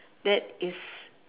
that is